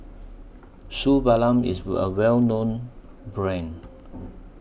Suu IS A Well known Brand